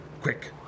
Quick